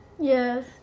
Yes